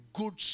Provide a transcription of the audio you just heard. good